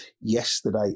Yesterday